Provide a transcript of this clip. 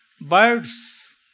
birds